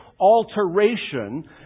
alteration